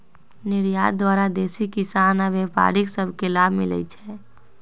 निर्यात द्वारा देसी किसान आऽ व्यापारि सभ के लाभ मिलइ छै